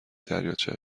دریاچه